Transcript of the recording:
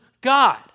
God